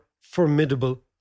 formidable